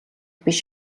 биш